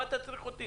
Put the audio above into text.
מה אתה צריך אותי?